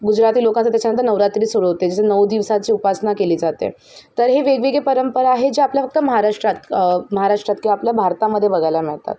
गुजराती लोकांचा त्याच्यानंतर नवरात्री सुरू होते जे नऊ दिवसाची उपासना केली जाते तर हे वेगवेगळे परंपरा आहे जे आपल्या फक्त महाराष्ट्रात महाराष्ट्रात किंवा आपल्या भारतामदे बघायला मिळतात